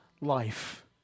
life